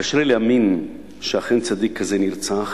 קשה לי להאמין שאכן צדיק כזה נרצח,